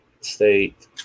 State